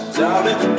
darling